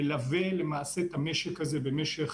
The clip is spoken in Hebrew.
מלווה את המשק הזה במשך